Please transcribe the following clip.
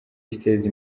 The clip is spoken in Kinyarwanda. iteza